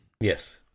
yes